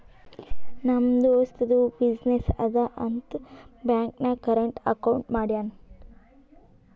ನಮ್ ದೋಸ್ತದು ಬಿಸಿನ್ನೆಸ್ ಅದಾ ಅಂತ್ ಬ್ಯಾಂಕ್ ನಾಗ್ ಕರೆಂಟ್ ಅಕೌಂಟ್ ಮಾಡ್ಯಾನ್